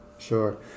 Sure